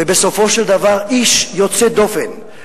ובסופו של דבר, איש יוצא דופן,